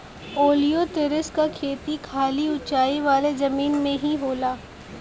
ओलियोतिरिस क खेती खाली ऊंचाई वाले जमीन में ही होला